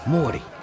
Morty